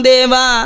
Deva